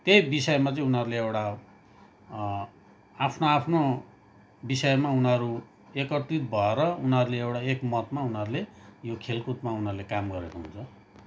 त्यही विषयमा चाहिँ उनीहरूले एउटा आफ्नो आफ्नो विषयमा उनीहरू एकीकृत भएर उनीहरूले एउटा एक मतमा उनीहरूले यो खेलकुदमा उनीहरूले काम गरेको हुन्छ